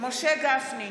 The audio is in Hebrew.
משה גפני,